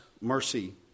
mercy